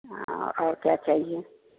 हाँ और क्या चाहिये